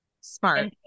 Smart